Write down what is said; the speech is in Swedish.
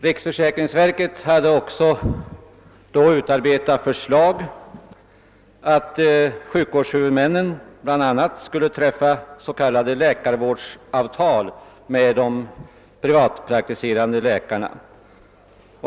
Riksförsäkringsverket hade också då utarbetat förslag, som innebar att sjukvårdshuvudmännen bl.a. skulle träffa s.k. läkarvårdsavtal med de privatpraktiserande läkarna.